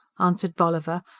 answered bolliver,